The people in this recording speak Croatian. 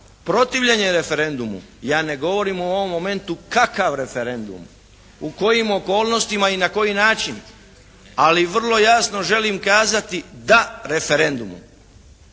protivljenje referendumu, ja ne govorim u ovom momentu kakav referendum, u kojim okolnostima i na koji način, ali vrlo jasno želim kazati da referendumu.